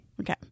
Okay